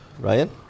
Ryan